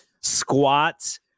squats